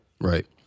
Right